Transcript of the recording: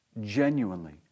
genuinely